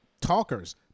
talkers